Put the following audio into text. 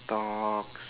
talk